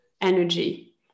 energy